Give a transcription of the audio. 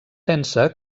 pensa